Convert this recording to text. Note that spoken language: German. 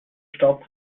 staub